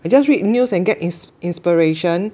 I just read news and get ins~ inspiration